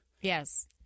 Yes